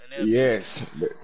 Yes